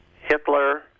Hitler